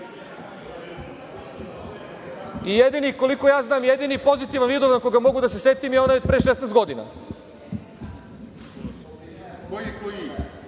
I jedini, koliko ja znam, pozitivan Vidovdan, koga mogu da se setim, je onaj od pre 16 godina.